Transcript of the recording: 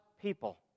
people